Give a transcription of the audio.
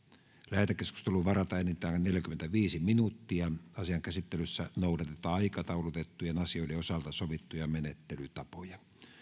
lähetekeskusteluun varataan enintään neljäkymmentäviisi minuuttia asian käsittelyssä noudatetaan aikataulutettujen asioiden osalta sovittuja menettelytapoja